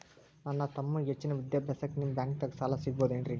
ನನ್ನ ತಮ್ಮಗ ಹೆಚ್ಚಿನ ವಿದ್ಯಾಭ್ಯಾಸಕ್ಕ ನಿಮ್ಮ ಬ್ಯಾಂಕ್ ದಾಗ ಸಾಲ ಸಿಗಬಹುದೇನ್ರಿ?